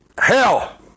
Hell